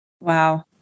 Wow